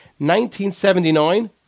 1979